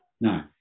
No